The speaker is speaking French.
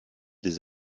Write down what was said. des